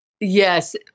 Yes